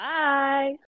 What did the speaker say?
Bye